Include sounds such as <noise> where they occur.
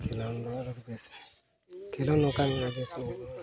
ᱠᱷᱮᱞᱳᱰ ᱫᱚ ᱟᱹᱰᱤ ᱵᱮᱥ ᱠᱷᱮᱞᱳᱰ ᱱᱚᱝᱠᱟᱱ <unintelligible> ᱦᱩᱭᱩᱜᱼᱟ